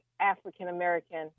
african-american